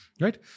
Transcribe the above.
Right